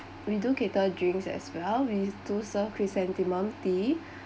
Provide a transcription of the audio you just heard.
we do cater drinks as well we do serve chrysanthemum tea